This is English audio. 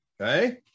Okay